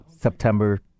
September